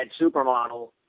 supermodel